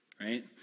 right